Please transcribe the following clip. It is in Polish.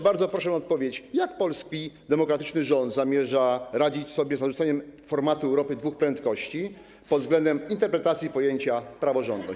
Bardzo proszę o odpowiedź na pytanie: Jak polski demokratyczny rząd zamierza radzić sobie z narzuceniem formatu Europy dwóch prędkości pod względem interpretacji pojęcia „praworządność”